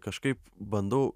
kažkaip bandau